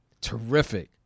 Terrific